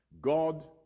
god